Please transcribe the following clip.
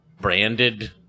branded